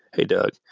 hey, doug,